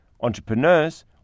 entrepreneurs